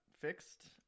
fixed